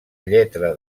lletra